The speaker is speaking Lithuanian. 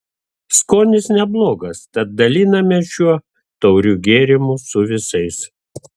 skonis neblogas tad dalinamės šiuo tauriu gėrimu su visais